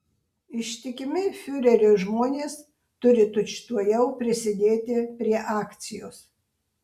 ištikimi fiureriui žmonės turi tučtuojau prisidėti prie akcijos